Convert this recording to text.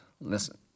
Listen